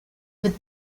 with